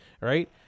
right